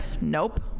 nope